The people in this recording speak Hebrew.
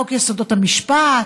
חוק יסודות המשפט,